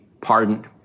pardoned